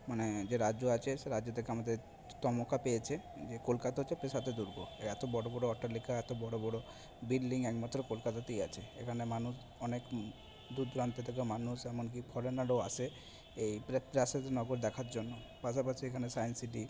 মানে যে রাজ্য আছে সে রাজ্য থেকে আমাদের তমকা পেয়েছে যে কলকাতা হচ্ছে প্রাসাদের দুর্গ এই এত বড় বড় অট্টালিকা এত বড় বড় বিল্ডিং একমাত্র কলকাতাতেই আছে এখানে মানুষ অনেক দূর দূরান্ত থেকে মানুষ এমনকি ফরেনারও আসে এই প্রাসাদ নগর দেখার জন্য পাশাপাশি এখানে সাইন্সসিটি